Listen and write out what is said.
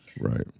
Right